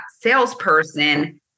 salesperson